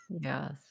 Yes